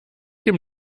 dem